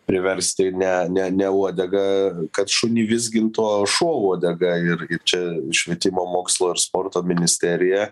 priversti ne ne ne uodegą kad šunį vizgintų o šuo uodegą ir čia švietimo mokslo ir sporto ministerija